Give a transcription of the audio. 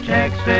Texas